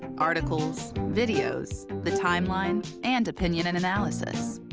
articles, videos, the timeline, and opinion and analysis.